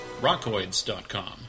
rockoids.com